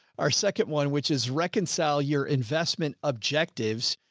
our second one, which is reconcile your investment objectives.